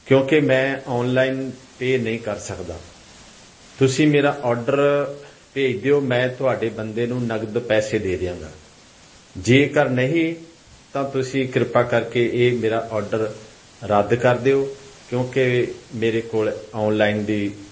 ਕਿਉਂਕਿ ਮੈਂ online pay ਨਹੀਂ ਕਰ ਸਕਦਾ ਤੁਸੀਂ ਮੇਰਾ ਔਡਰ ਭੇਜ ਦਿਓ ਮੈਂ ਤੁਹਾਡੇ ਬੰਦੇ ਨੂੰ ਨਗਦ ਪੈਸੇ ਦੇ ਦਿਆਂਗਾ ਜੇਕਰ ਨਹੀਂ ਤਾਂ ਤੁਸੀਂ ਕਿਰਪਾ ਕਰਕੇ ਇਹ ਮੇਰਾ ਔਡਰ ਰੱਦ ਕਰ ਦਿਓ ਕਿਉਂਕਿ ਮੇਰੇ ਕੋਲ ਔਨਲਾਈਨ ਦੀ